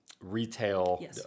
retail